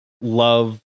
love